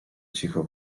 cicho